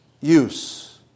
use